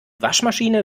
waschmaschine